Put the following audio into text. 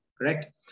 correct